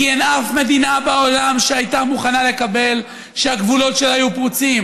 כי אין אף מדינה בעולם שהייתה מוכנה לקבל שהגבולות שלה יהיו פרוצים,